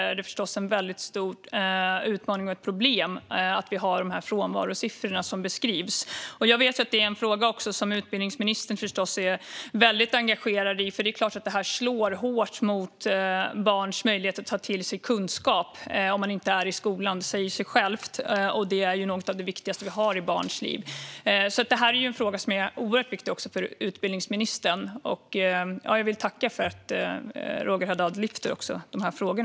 Det är förstås en väldigt stor utmaning och ett problem att vi har de frånvarosiffror som beskrivs. Jag vet att detta är en fråga som utbildningsministern är väldigt engagerad i, för det är klart att det slår hårt mot barns möjligheter att ta till sig kunskap om de inte är i skolan. Det säger sig självt. Detta är något av det viktigaste i barns liv. Det är en fråga som är oerhört viktig också för utbildningsministern. Jag vill tacka för att Roger Haddad lyfter dessa frågor.